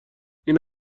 این